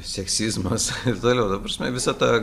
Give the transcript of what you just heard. seksizmas ir toliau ta prasme visa ta